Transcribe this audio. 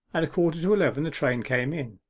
at a quarter to eleven, the train came in.